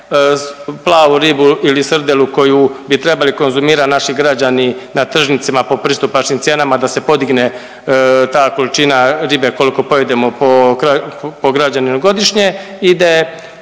plavu ribu ili srdelu koju bi trebali konzumirat naši građani na tržnicama po pristupačnim cijenama da se podigne ta količina ribe koliko pojedemo po građaninu godišnje ide